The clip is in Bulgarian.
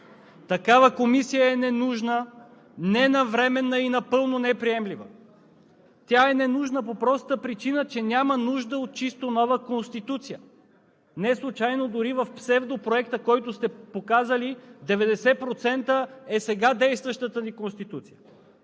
Такава комисия е ненужна, ненавременна и напълно неприемлива. Тя е ненужна по простата причина, че няма нужда от чисто нова конституция. Неслучайно дори в псевдопроекта, който сте показали, 90% е сега действащата ни Конституция.